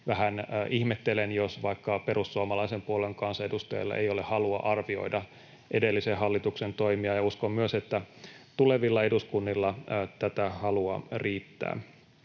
vähän ihmettelen, jos vaikka perussuomalaisen puolueen kansanedustajilla ei ole halua arvioida edellisen hallituksen toimia, ja uskon myös, että tulevilla eduskunnilla tätä halua riittää.